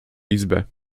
izbę